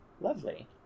Lovely